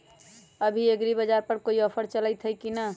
अभी एग्रीबाजार पर कोई ऑफर चलतई हई की न?